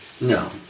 No